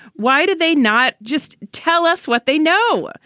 why do they not just tell us what they know.